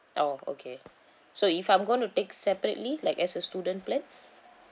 oh okay so if I'm going to take separately like as a student plan